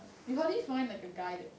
you hardly find like a guy that